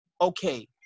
okay